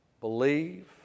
believe